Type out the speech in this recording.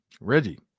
Reggie